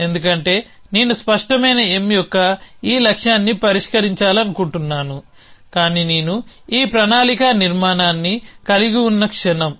ఎందుకంటే నేను స్పష్టమైన M యొక్క ఈ లక్ష్యాన్ని పరిష్కరించాలనుకుంటున్నాను కానీ నేను ఈ ప్రణాళిక నిర్మాణాన్ని కలిగి ఉన్న క్షణం